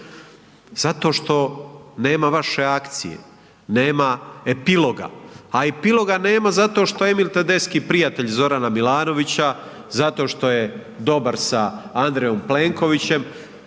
Zato što nema vaše akcije, nema epiloga. A epiloga nema zato što Emil Tedeschi prijatelj Zorana Milanovića, zato što je dobar sa Andrejom Plenkovićem.